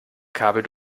kabel